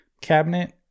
cabinet